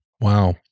Wow